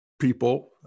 people